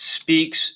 speaks